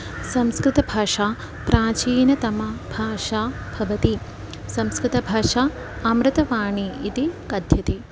संस्कृतभाषा प्राचीनतमा भाषा भवति संस्कृतभाषा अमृतवाणी इति कथ्यते